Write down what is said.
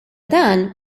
dan